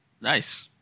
Nice